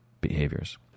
behaviors